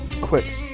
Quick